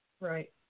Right